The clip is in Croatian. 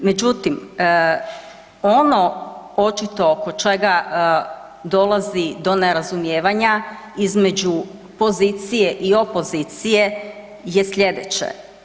Međutim, ono očito oko čega dolazi do nerazumijevanja između pozicije i opozicije je sljedeće.